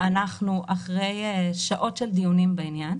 אנחנו אחרי שעות של דיונים בעניין.